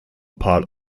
part